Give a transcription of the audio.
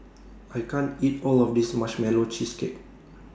I can't eat All of This Marshmallow Cheesecake